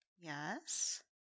Yes